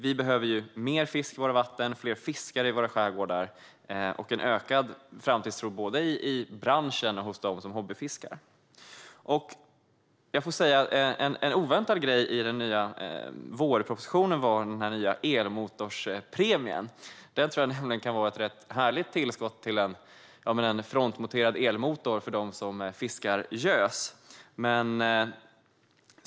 Vi behöver mer fisk i våra vatten, fler fiskare i våra skärgårdar och en ökad framtidstro både i branschen och hos dem som hobbyfiskar. En oväntad sak i vårpropositionen var den nya elmotorpremien. Jag tror att denna premie kan bli ett ganska härligt tillskott till en frontmonterad elmotor för dem som fiskar gös.